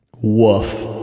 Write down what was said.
woof